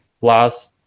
plus